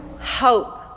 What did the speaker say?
hope